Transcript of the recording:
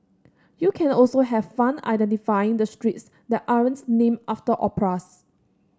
you can also have fun identifying the streets that aren't named after operas